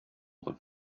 them